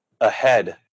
ahead